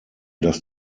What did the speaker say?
dass